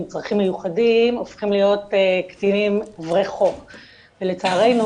צרכים מיוחדים הופכים להיות קטינים עוברי חוק ולצערנו